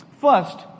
First